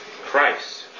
Christ